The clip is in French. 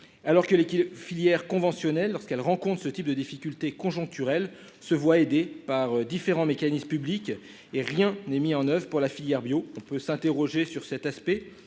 alors que les filières conventionnelles lorsqu'elle rencontre ce type de difficultés conjoncturelles, se voit aidée par différents mécanismes, publics et rien n'est mis en oeuvre pour la filière bio, on peut s'interroger sur cet aspect